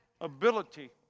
ability